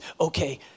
Okay